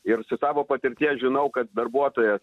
ir iš savo patirties žinau kad darbuotojas